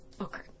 okay